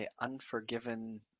Unforgiven